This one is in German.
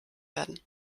werden